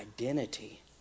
identity